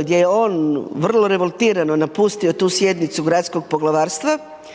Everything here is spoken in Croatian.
gdje je on vrlo revoltirano napustio tu sjednicu gradskog poglavarstva